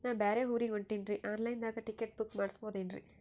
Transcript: ನಾ ಬ್ಯಾರೆ ಊರಿಗೆ ಹೊಂಟಿನ್ರಿ ಆನ್ ಲೈನ್ ದಾಗ ಟಿಕೆಟ ಬುಕ್ಕ ಮಾಡಸ್ಬೋದೇನ್ರಿ?